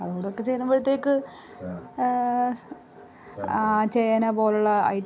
അതുംകൂടെ ഒക്കെ ചേരുമ്പോഴത്തേക്ക് ചേന പോലെയുള്ള ഐറ്റ്